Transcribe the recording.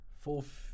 Fourth